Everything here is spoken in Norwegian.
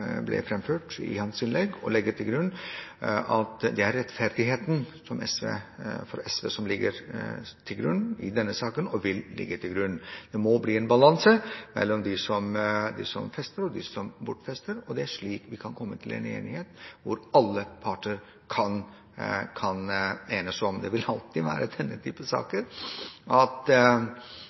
ble framført i hans innlegg. Det er rettferdigheten som ligger til grunn for SVs vurderinger i denne saken. Det må bli en balanse mellom fester og bortfester. Det er slik vi kan komme til enighet. Det vil i denne type saker alltid være slik at